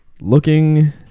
looking